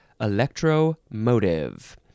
electromotive